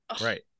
right